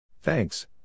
Thanks